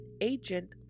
agent